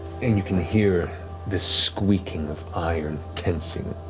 and you can hear the squeaking of iron tensing